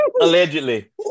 Allegedly